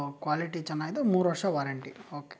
quality ಚೆನ್ನಾಗಿದೆ ಮೂರು ವರ್ಷ ವಾರೆಂಟಿ ಓಕೆ